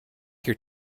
here